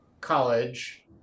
college